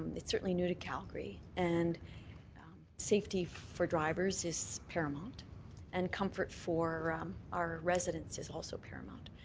it's certainly new to calgary. and safety for drivers is paramount and comfort for our residents is also paramount.